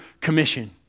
commission